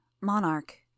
Monarch